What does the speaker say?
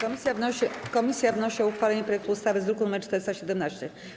Komisja wnosi o uchwalenie projektu ustawy z druku nr 417.